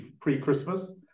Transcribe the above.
pre-Christmas